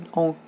on